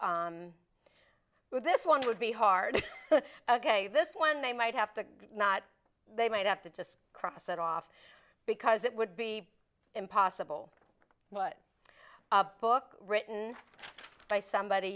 books this one would be hard ok this one they might have to not they might have to just cross it off because it would be impossible but a book written by somebody